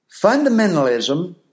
Fundamentalism